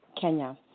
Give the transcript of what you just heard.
Kenya